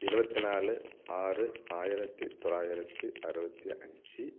இருபத்து நாலு ஆறு ஆயிரத்தி தொள்ளாயிரத்தி அறுபத்தி அஞ்சு